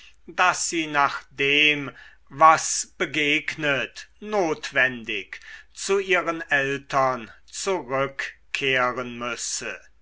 daß sie nach dem was begegnet notwendig zu ihren eltern zurückkehren müsse